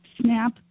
snap